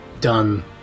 done